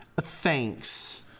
thanks